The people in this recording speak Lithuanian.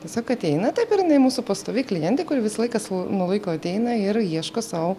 tiesiog ateina taip ir jinai mūsų pastovi klientė kuri visą laiką su nuo laiko ateina ir ieško sau